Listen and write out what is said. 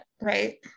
right